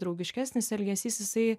draugiškesnis elgesys jisai